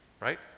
right